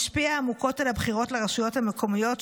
השפיעה עמוקות על הבחירות לרשויות המקומיות,